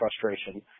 frustration